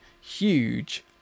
huge